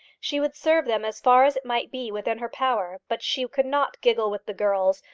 she would serve them as far as it might be within her power but she could not giggle with the girls,